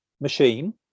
machine